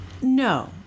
No